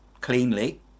cleanly